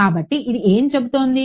కాబట్టి ఇది ఏమి చెబుతోంది